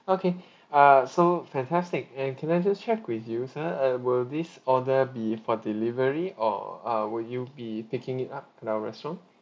okay uh so fantastic and can I just check with you sir uh will this order be for delivery or uh will you be picking it up in our restaurant